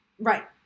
Right